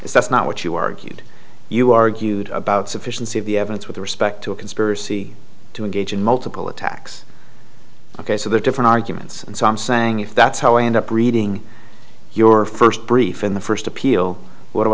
is that's not what you argued you argued about sufficiency of the evidence with respect to a conspiracy to engage in multiple attacks ok so there are different arguments and so i'm saying if that's how i end up reading your first brief in the first appeal what do